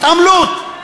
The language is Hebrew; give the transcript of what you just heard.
התעמלות.